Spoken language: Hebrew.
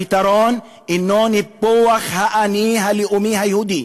הפתרון אינו ניפוח האני הלאומי היהודי,